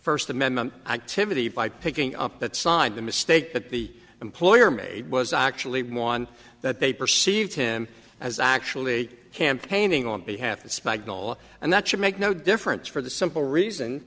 first amendment activity by picking up that signed the mistake that the employer made was actually one that they perceive him as actually campaigning on behalf of spag all and that should make no difference for the simple reason